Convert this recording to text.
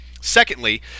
Secondly